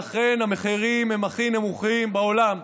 ואכן, המחירים הם הכי נמוכים בעולם,